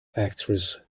actress